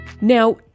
Now